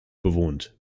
bewohnt